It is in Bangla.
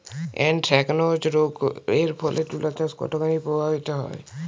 এ্যানথ্রাকনোজ রোগ এর ফলে তুলাচাষ কতখানি প্রভাবিত হয়?